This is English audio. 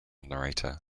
narrator